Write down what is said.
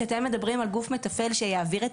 כשאתם מדברים על גוף מתפעל שיעביר את